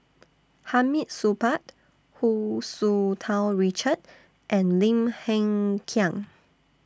Hamid Supaat Hu Tsu Tau Richard and Lim Hng Kiang